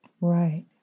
Right